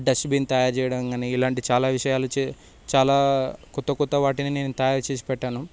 dustbin తయారుచేయడంగాని ఇలాంటి చాలా విషయాలు చాలా కొత్త కొత్త వాటిని తయారు చేసి పెట్టాను